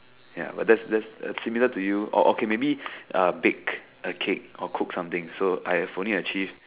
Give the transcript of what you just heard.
ya but that that's similar to you oh okay maybe uh bake a cake or cook something so I have only achieve